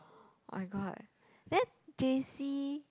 my god then J_C